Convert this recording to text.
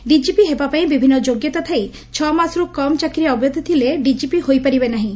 DGP ହେବା ପାଇଁ ବିଭିନ୍ନ ଯୋଗ୍ୟତା ଥାଇ ଛଅମାସରୁ କମ୍ ଚାକିରୀ ଅବଧି ଥିଲେ ଡିକିପି ହୋଇପାରିବେ ନାହିଁ